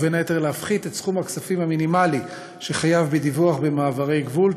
ובין היתר להפחית את סכום הכספים המינימלי שחייב בדיווח במעברי גבול,